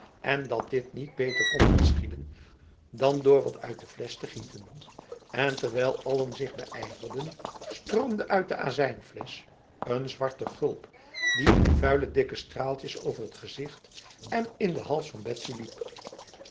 en dat dit niet beter kon geschieden dan door wat uit de fles te gieten en terwijl allen zich beijverden stroomde uit de azijnfles een zwarte gulp die in vuile dikke straaltjes over het gezicht en in de hals van betsy liep